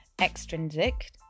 Extrinsic